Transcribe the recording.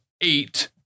eight